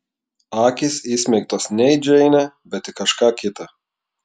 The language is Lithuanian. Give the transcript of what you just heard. akys įsmeigtos ne į džeinę bet į kažką kitą